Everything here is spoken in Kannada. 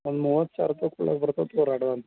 ಒಂದು ಮೂವತ್ತು ಸಾವಿರ ರೂಪಾಯಿ ಕೊಡ್ಲಿಕ್ಕೆ ಬರ್ತದ ನೋಡ್ರಿ ಅಡ್ವಾನ್ಸ್